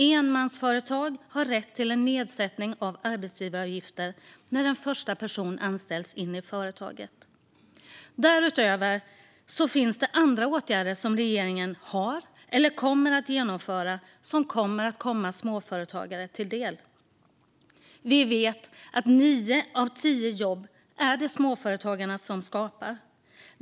Enmansföretag har rätt till en nedsättning av arbetsgivaravgifter när en första person anställs i företaget. Därutöver finns det andra åtgärder som regeringen har eller kommer att genomföra som kommer att komma småföretagare till del. Vi vet att småföretagen skapar nio av tio jobb.